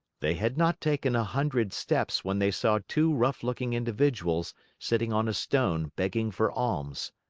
they had not taken a hundred steps when they saw two rough-looking individuals sitting on a stone begging for alms.